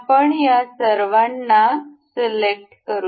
आपण या सर्वांना सिलेक्ट करू